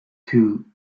two